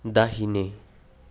दाहिने